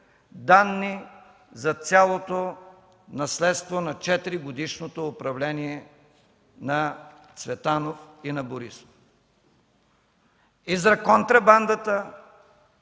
данни за цялото наследство на четиригодишното управление на Цветанов и Борисов – и за контрабандата,